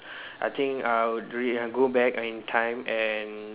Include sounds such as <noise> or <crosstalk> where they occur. <breath> I think I'll re I'll go back in time and